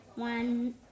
One